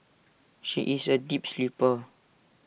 she is A deep sleeper